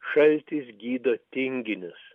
šaltis gydo tinginius